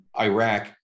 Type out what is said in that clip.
Iraq